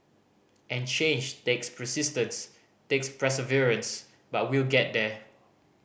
and change takes persistence takes perseverance but we'll get there